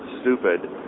stupid